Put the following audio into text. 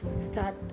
start